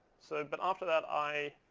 so but after that, i